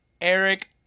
Eric